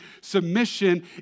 submission